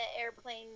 airplane